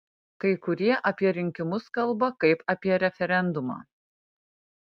kai kurie apie rinkimus kalba kaip apie referendumą